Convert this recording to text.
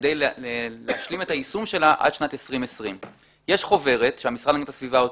כדי להשלים את היישום שלה עד שנת 2020. יש חוברת שהמשרד להגנת הסביבה הוציא.